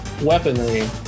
weaponry